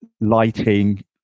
lighting